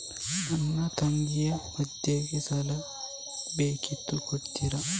ನನ್ನ ತಂಗಿಯ ಮದ್ವೆಗೆ ಸಾಲ ಬೇಕಿತ್ತು ಕೊಡ್ತೀರಾ?